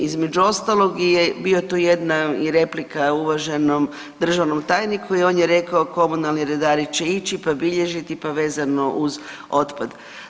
Između ostalog bila je tu i jedna replika uvaženom državnom tajniku i on je rekao komunalni redari će ići, pa bilježiti, pa vezano uz otpad.